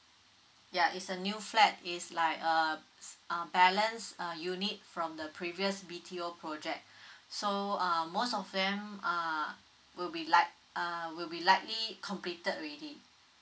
ya is a new flat is like uh uh balance uh unit from the previous B_T_O project so um most of them uh will be like uh will be likely completed already